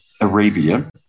Arabia